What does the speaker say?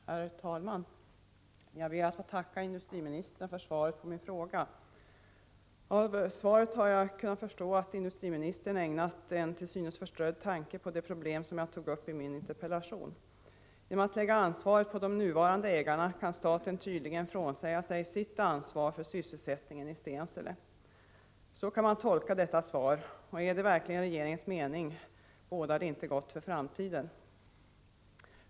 Herr talman! Jag ber att få tacka industriministern för svaret på min fråga. Av svaret har jag kunnat förstå att industriministern ägnat en till synes förströdd tanke åt det problem som jag tog upp i min interpellation. Genom att lägga ansvaret på de nuvarande ägarna kan staten tydligen frånsäga sig sitt ansvar för sysselsättningen i Stensele. Så kan man tolka detta svar, och om det verkligen är regeringens mening bådar det inte gott för framtiden.